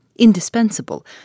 Indispensable